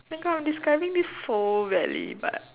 my God I'm describing this so badly but